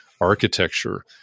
architecture